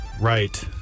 right